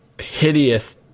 hideous